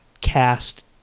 cast